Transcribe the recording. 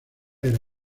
era